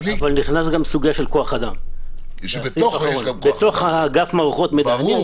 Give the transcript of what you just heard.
אבל נכנסת גם סוגיה של כוח אדם בתוך אגף מערכות מידע.